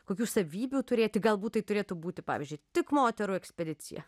kokių savybių turėti galbūt tai turėtų būti pavyzdžiui tik moterų ekspedicija